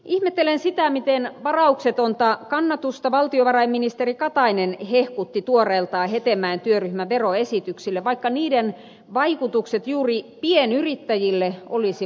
ihmettelen sitä miten varauksetonta kannatusta valtiovarainministeri katainen hehkutti tuoreeltaan hetemäen työryhmän veroesityksille vaikka niiden vaikutukset juuri pienyrittäjille olisivat kielteiset